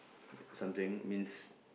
something means